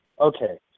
okay